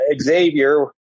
xavier